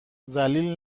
ذلیل